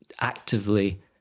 actively